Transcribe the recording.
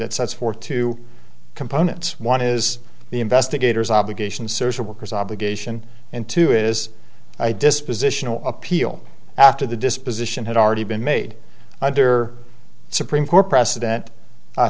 that sets forth two components one is the investigators obligation social workers obligation and two is i dispose appeal after the disposition had already been made under supreme court precedent